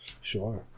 sure